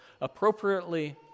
appropriately